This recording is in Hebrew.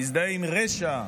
מזדהה עם רשע,